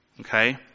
Okay